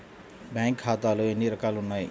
బ్యాంక్లో ఖాతాలు ఎన్ని రకాలు ఉన్నావి?